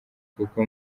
kuko